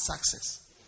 success